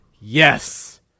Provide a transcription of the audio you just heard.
Yes